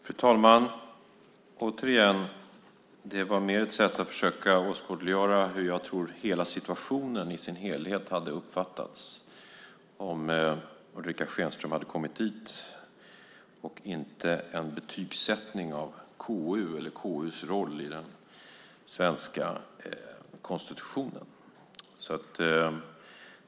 Fru talman! Återigen vill jag säga att det mer var ett sätt att åskådliggöra hur jag tror att situationen i sin helhet hade uppfattats om Ulrica Schenström hade kommit dit och inte en betygssättning av KU eller KU:s roll i den svenska konstitutionen.